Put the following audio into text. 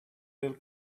little